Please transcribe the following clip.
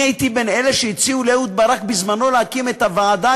אני הייתי בין אלה שהציעו לאהוד ברק בזמנו להקים את הוועדה,